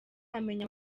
amenya